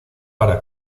para